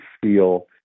feel